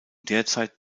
derzeit